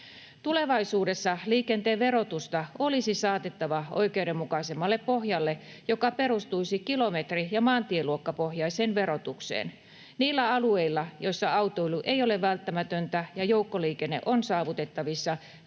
Tulevaisuudessa liikenteen verotusta olisi saatettava oikeudenmukaisemmalle pohjalle, joka perustuisi kilometri- ja maantieluokkapohjaiseen verotukseen. Niillä alueilla, joissa autoilu ei ole välttämätöntä ja joukkoliikenne on saavutettavissa,